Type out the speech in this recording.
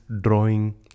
drawing